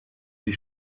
die